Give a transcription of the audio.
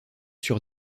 sur